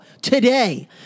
today